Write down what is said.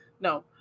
No